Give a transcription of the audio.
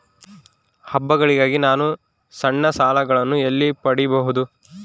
ಹಬ್ಬಗಳಿಗಾಗಿ ನಾನು ಸಣ್ಣ ಸಾಲಗಳನ್ನು ಎಲ್ಲಿ ಪಡಿಬಹುದು?